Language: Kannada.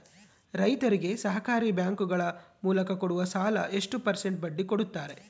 ರೈತರಿಗೆ ಸಹಕಾರಿ ಬ್ಯಾಂಕುಗಳ ಮೂಲಕ ಕೊಡುವ ಸಾಲ ಎಷ್ಟು ಪರ್ಸೆಂಟ್ ಬಡ್ಡಿ ಕೊಡುತ್ತಾರೆ?